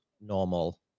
normal